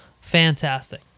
fantastic